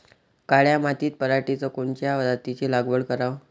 काळ्या मातीत पराटीच्या कोनच्या जातीची लागवड कराव?